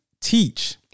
teach